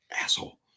Asshole